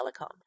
Telecom